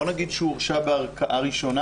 בואי נגיד שהוא הורשע בערכאה ראשונה,